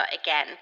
again